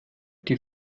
die